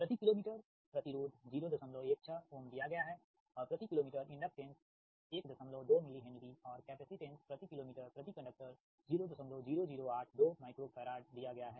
प्रति kilometre प्रतिरोध 016 ohm दिया गया है और प्रति kilometre inductance 12 millihenry और कैपेसिटेंस प्रति किलो मीटर प्रति कंडक्टर 00082 माइक्रो फैराड दिया गया है